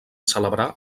celebrar